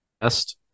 best